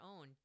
own